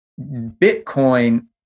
Bitcoin